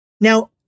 Now